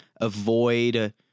avoid